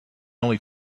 only